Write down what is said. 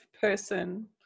person